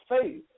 faith